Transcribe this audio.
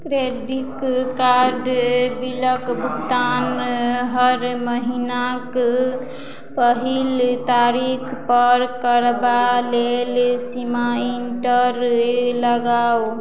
credit card बिलक भुगतान हर महिनाक पहिल तारीक पर करबा लेल रिमाइंडर लगाउ